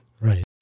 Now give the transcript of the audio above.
Right